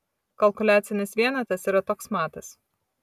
kalkuliacinis vienetas yra toks matas